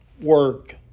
work